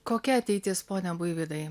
kokia ateitis pone buivydai